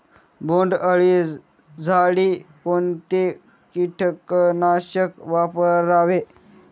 बोंडअळी साठी कोणते किटकनाशक वापरावे?